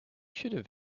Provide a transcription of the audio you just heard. should